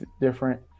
different